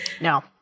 No